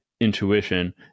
intuition